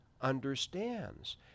understands